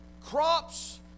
crops